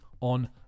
on